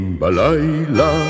Balayla